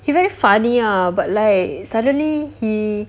he very funny ah but like suddenly he